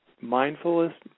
mindfulness